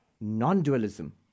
non-dualism